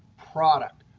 product,